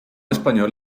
español